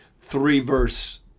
three-verse